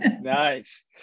Nice